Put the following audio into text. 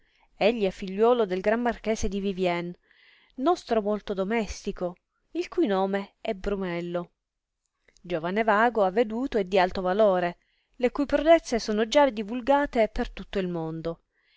egli è figliuolo del gran marchese di vivien nostro molto domestico il cui nome è brunello giovane vago aveduto e di alto valore le cui prodezze sono già divulgate per tutto il mondo